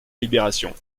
libération